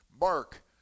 Mark